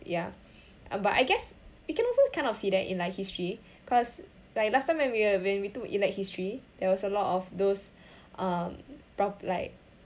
ya but I guess we can also kind of see that in like history cause like last time when we uh when we took elect history there was a lot of those um prop~ like